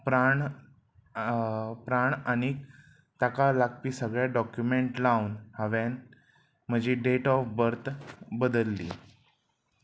प्राण प्राण आनीक ताका लागपी सगळे डॉक्युमेंट लावन हांवें म्हजी डेट ऑफ बर्थ बदलली